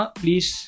please